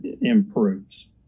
improves